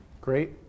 Great